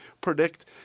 predict